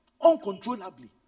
uncontrollably